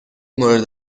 مورد